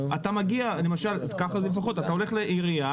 אתה הולך לעירייה,